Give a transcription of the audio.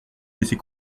laisser